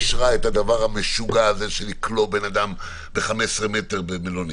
אישרה את הדבר המשוגע הזה של כליאת בן אדם ב-15 מטר במלונית.